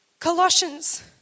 Colossians